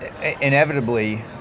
inevitably